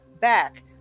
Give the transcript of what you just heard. back